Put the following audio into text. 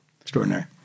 Extraordinary